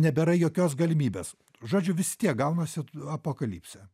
nebėra jokios galimybės žodžiu vis tiek gaunasi apokalipsė